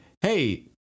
hey